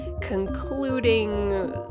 concluding